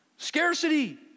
Scarcity